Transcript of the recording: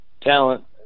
talent